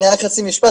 אולי רק חצי משפט.